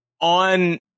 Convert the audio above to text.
on